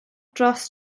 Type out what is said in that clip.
dros